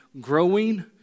Growing